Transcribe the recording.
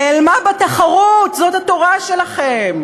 נעלמה בתחרות, זאת התורה שלכם.